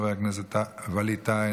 חבר הכנסת וליד טאהא,